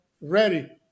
ready